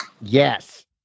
Yes